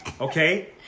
Okay